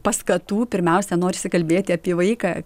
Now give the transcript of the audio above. paskatų pirmiausia norisi kalbėti apie vaiką